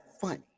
funny